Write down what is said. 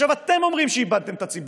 אתם אומרים שאיבדתם את הציבור.